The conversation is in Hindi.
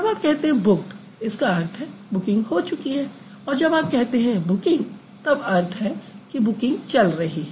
जब आप कहते हैं बुक्ड इसका अर्थ बुकिंग हो चुकी है और जब कहते हैं बुकिंग तब अर्थ है बुकिंग चल रही है